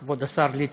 כבוד השר ליצמן.